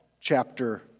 chapter